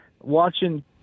watching